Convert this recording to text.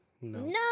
no